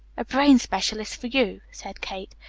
a brain specialist for you, said kate.